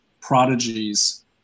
prodigies